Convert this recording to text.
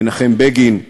מנחם בגין,